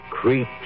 creeps